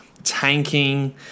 Tanking